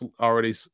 already